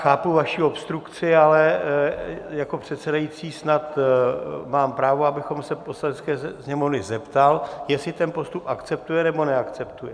Chápu vaši obstrukci, ale jako předsedající snad mám právo, abych se Poslanecké sněmovny zeptal, jestli ten postup akceptuje, nebo neakceptuje.